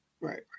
Right